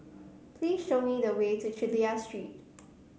please show me the way to Chulia Street